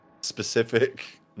specific